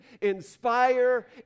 Inspire